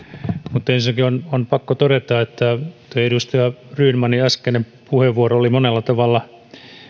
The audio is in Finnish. mutta ensinnäkin on pakko todeta että edustaja rydmanin äskeinen puheenvuoro oli monella tavalla